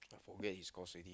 I forget his course already